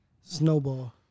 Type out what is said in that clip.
snowball